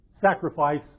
sacrifice